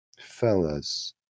fellas